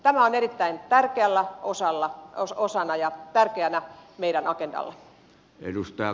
tämä on erittäin tärkeänä osana ja tärkeänä meidän agendallamme